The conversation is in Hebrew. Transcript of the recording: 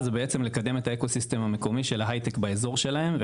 הייתה לקדם את האקו סיסטם של ההייטק באזור שלהם.